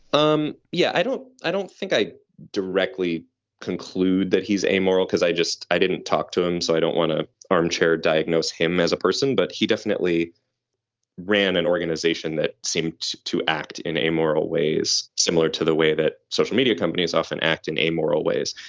um yeah, i don't i don't think i directly conclude that he's amoral because i just i didn't talk to him. so i don't want to armchair diagnose him as a person. but he definitely ran an organization that seemed to act in amoral ways, similar to the way that social media companies often act in amoral ways.